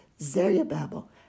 Zerubbabel